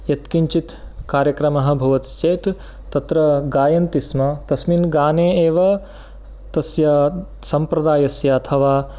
यत्किञ्चित् कार्यक्रमः भवति चेत् तत्र गायन्ति स्म तस्मिन् गाने एव तस्य सम्प्रदायस्य अथवा